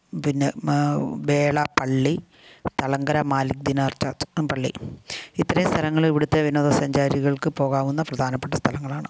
പിന്നെ ബേള പള്ളി തളങ്കര മാലിക് ദിനാർ ചർച്ച് അ പള്ളി ഇത്രയും സ്ഥലങ്ങൾ ഇവിടുത്തെ വിനോദ സഞ്ചാരികൾക്ക് പോകാവുന്ന പ്രധാനപ്പെട്ട സ്ഥലങ്ങളാണ്